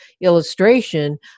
illustration